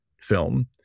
film